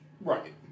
Right